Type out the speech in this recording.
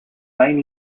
main